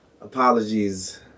Apologies